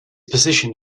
position